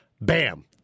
bam